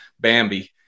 Bambi